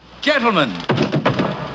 gentlemen